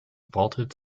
vaulted